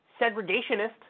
segregationist